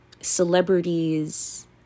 celebrities